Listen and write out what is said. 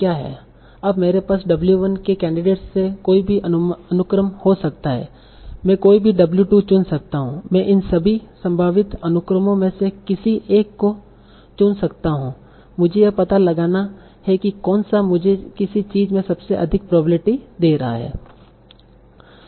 अब मेरे पास W 1 के कैंडिडेट्स से कोई भी अनुक्रम हो सकता है मैं कोई भी W 2 चुन सकता हूं मैं इन सभी संभावित अनुक्रमो में से किसी एक को चुन सकता हूं मुझे यह पता लगाना है कि कौन सा मुझे किसी चीज़ में सबसे अधिक प्रोबेब्लिटी दे रहा है